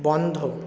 বন্ধ